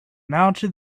mounted